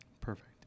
perfect